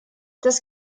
das